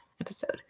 episode